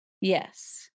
Yes